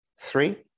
Three